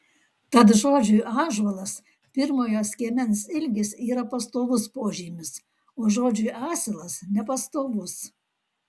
tad žodžiui ąžuolas pirmojo skiemens ilgis yra pastovus požymis o žodžiui asilas nepastovus